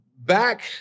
Back